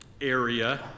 area